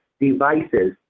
devices